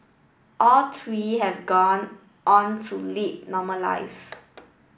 all three have gone on to lead normal lives